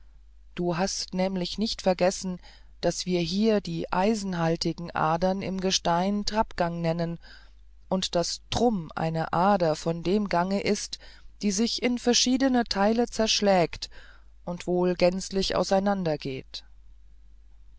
du hast nämlich nicht vergessen daß wir hier die eisengehaltige ader im gestein trappgang nennen und daß trumm eine ader von dem gange ist die sich in verschiedene teile zerschlägt und wohl gänzlich